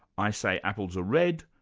i say apples are red,